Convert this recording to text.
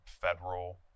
federal